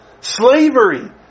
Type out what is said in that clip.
slavery